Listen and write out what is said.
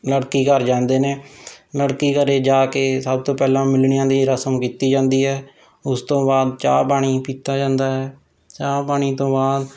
ਲੜਕੀ ਘਰ ਜਾਂਦੇ ਨੇ ਲੜਕੀ ਘਰ ਜਾ ਕੇ ਸਭ ਤੋਂ ਪਹਿਲਾਂ ਮਿਲਣੀਆਂ ਦੀ ਰਸਮ ਕੀਤੀ ਜਾਂਦੀ ਹੈ ਉਸ ਤੋਂ ਬਾਅਦ ਚਾਹ ਪਾਣੀ ਪੀਤਾ ਜਾਂਦਾ ਹੈ ਚਾਹ ਪਾਣੀ ਤੋਂ ਬਾਅਦ